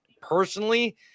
personally